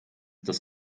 das